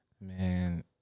Man